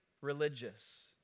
religious